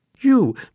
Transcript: You